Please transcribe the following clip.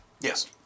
Yes